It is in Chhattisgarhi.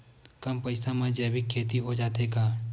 कम पईसा मा जैविक खेती हो जाथे का?